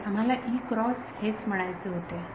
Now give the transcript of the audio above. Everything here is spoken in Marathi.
विद्यार्थी होय आम्हाला इ क्रॉस हेच म्हणायचे होते